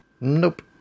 nope